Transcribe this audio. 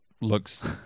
looks